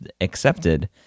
accepted